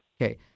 Okay